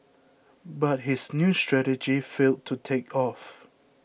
but his new strategy failed to take off